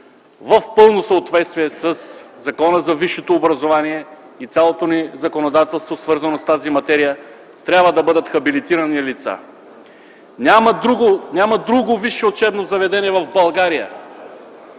в пълно съответствие със Закона за висшето образование и цялото ни законодателство, свързано с тази материя, трябва да бъдат хабилитирани лица. Няма друго висше учебно заведение в България,